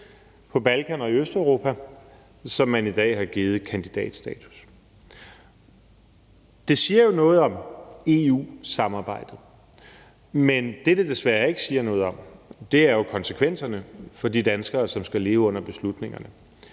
på Balkan og i Østeuropa, som man i dag har givet kandidatstatus. Det siger jo noget om EU-samarbejdet, men det, det desværre ikke siger noget om, er konsekvenserne for de danskere, som skal leve med beslutningerne,